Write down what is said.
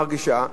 מרגישה,